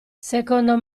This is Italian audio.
secondo